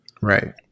Right